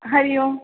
हरिः ओम्